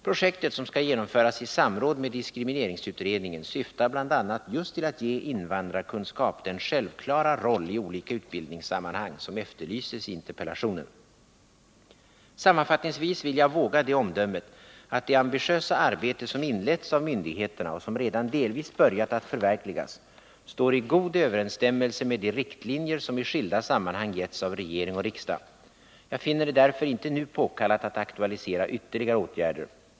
Projektet, som skall genomföras i samråd med diskrimineringsutredningen, syftar bl.a. just till att ge invandrarkunskap den självklara roll i olika utbildningssammanhang som efterlyses i interpellationen. Sammanfattningsvis vill jag våga det omdömet att det ambitiösa arbete som inletts av myndigheterna och som redan delvis börjat förverkligas står i god överensstämmelse med de riktlinjer som i skilda sammanhang getts av regering och riksdag. Jag finner det därför inte nu påkallat att aktualisera ytterligare åtgärder.